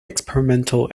experimental